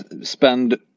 spend